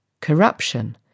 Corruption